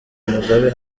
mugabe